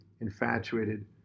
infatuated